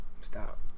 Stop